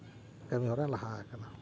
ᱠᱟᱹᱢᱤᱦᱚᱨᱟ ᱞᱟᱦᱟ ᱟᱠᱟᱱᱟ